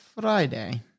Friday